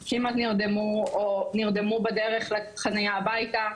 שהם כמעט נרדמו או נרדמו בדרך לחניה הביתה,